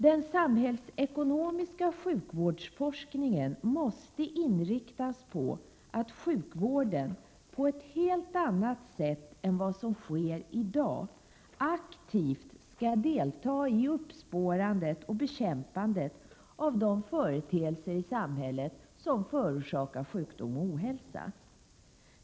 Den samhällsekonomiska sjukvårdsforskningen måste inriktas på att sjukvården, på ett helt annat sätt än som sker i dag, aktivt skall delta i uppspårandet och bekämpandet av de företeelser i samhället som förorsakar sjukdom och ohälsa.